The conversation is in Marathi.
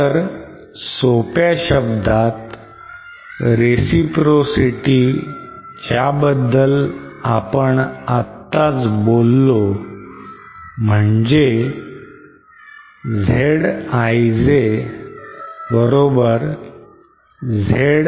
तर सोप्या शब्दात reciprocity ज्याबद्दल आपण आताच बोललो म्हणजे Zij Zji आणि Yij Yji